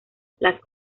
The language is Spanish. las